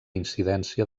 incidència